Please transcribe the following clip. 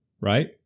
right